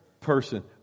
person